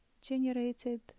generated